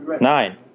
Nine